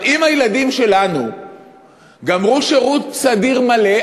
אם הילדים שלנו גמרו שירות סדיר מלא,